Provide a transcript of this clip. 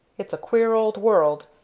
it's a queer old world,